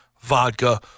vodka